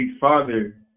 father